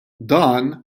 dan